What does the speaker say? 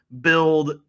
build